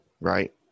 right